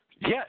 Yes